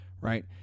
right